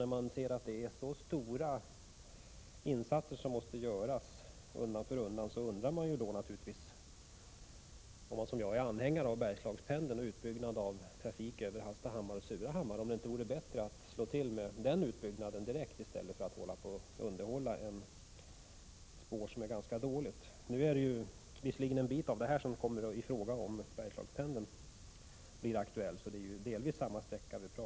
När man ser att det är så stora insatser som måste göras undan för undan, undrar man naturligtvis, om man som jag är anhängare av ”Bergslagspen 79 deln” och en utbyggnad av trafik över Hallstahammar och Surahammar, om det inte vore bättre att slå till med den utbyggnaden med en gång i stället för att underhålla ett spår som är ganska dåligt — låt vara att en del av den här bansträckningen kommer i fråga också om ”Bergslagspendeln” blir aktuell; det är alltså delvis fråga om samma sträcka.